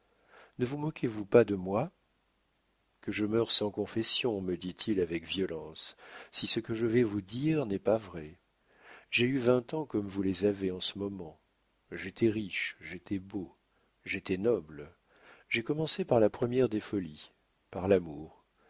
ne vous moquez-vous pas de moi que je meure sans confession me dit-il avec violence si ce que je vais vous dire n'est pas vrai j'ai eu vingt ans comme vous les avez en ce moment j'étais riche j'étais beau j'étais noble j'ai commencé par la première des folies par l'amour